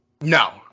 No